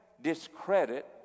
discredit